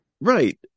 Right